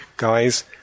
Guys